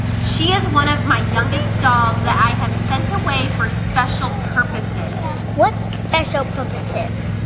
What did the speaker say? she is one of my youngest dolls that i have sent away for special purposes. what special purposes?